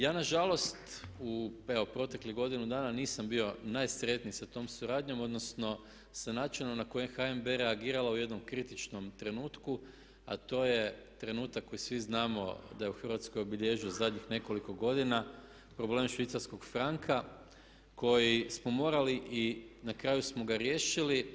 Ja nažalost u evo proteklih godinu dana nisam bio najsretniji sa tom suradnjom, odnosno sa načinom na koji je HNB reagirala u jednom kritičnom trenutku a to je trenutak koji svi znamo da je u Hrvatskoj obilježio zadnjih nekoliko godina problem švicarskog franka koji smo morali i na kraju smo ga riješili.